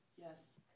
Yes